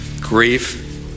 grief